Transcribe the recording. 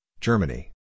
Germany